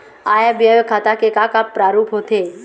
आय व्यय खाता के का का प्रारूप होथे?